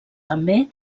també